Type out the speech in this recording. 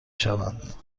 شوند